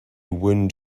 wound